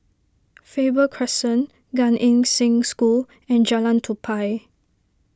Faber Crescent Gan Eng Seng School and Jalan Tupai